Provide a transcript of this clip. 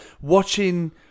watching